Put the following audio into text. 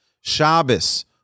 Shabbos